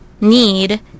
need